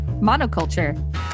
Monoculture